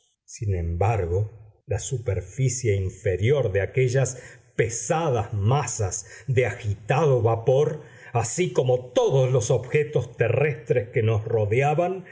sin embargo la superficie inferior de aquellas pesadas masas de agitado vapor así como todos los objetos terrestres que nos rodeaban